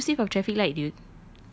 ya inclusive of traffic light dude